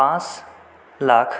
পাঁচ লাখ